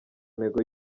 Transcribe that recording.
ntego